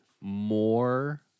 more